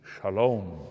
shalom